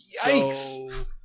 Yikes